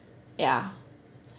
yeah